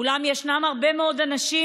אולם ישנם הרבה מאוד אנשים